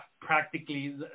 practically